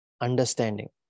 understanding